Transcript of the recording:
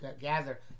gather